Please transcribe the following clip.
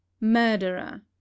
Murderer